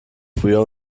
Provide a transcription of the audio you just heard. früher